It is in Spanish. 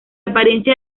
apariencia